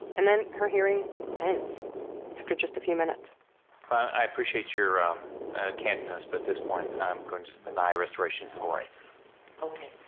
and then her hearing ends after just a few minutes i appreciate your um candidness. but at this point, i'm going to deny restoration of civil rights ok,